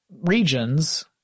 regions